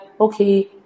okay